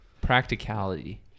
Practicality